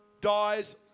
dies